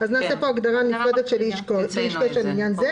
אז נעשה פה הגדרה נפרדת של "איש קשר" לעניין זה.